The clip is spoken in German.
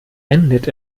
endet